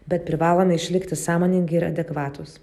bet privalome išlikti sąmoningi ir adekvatūs